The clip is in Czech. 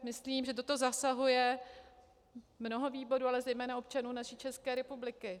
Myslím, že to zasahuje mnoho výborů, ale zejména občanů naší České republiky.